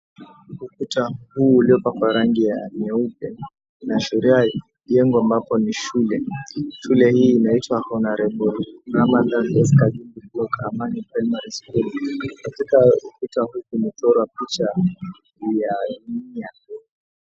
Ukuta huu ulipakwaa rangi ya nyeupe inaashiria jengo ambapo ni shule. Shule hii inaitwa Honourable Ramadhan S. Kajembe Block Amani Primary School katika ukuta huu kumechorwa picha ya dunia.